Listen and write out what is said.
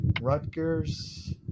Rutgers